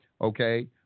okay